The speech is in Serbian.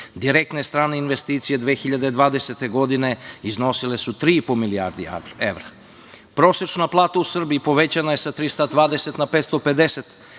Direktne strane investicije 2020. godine iznosile su tri i po milijardi evra. Prosečna plata u Srbiji povećana je sa 320 na 550